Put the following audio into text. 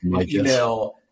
email